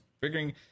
figuring